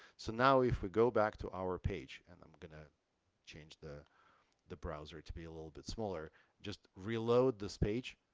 so now, if we go back to our page and i'm gonna change the the browser to be a little bit smaller just reload this page.